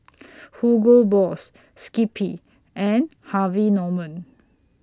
Hugo Boss Skippy and Harvey Norman